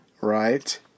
right